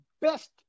best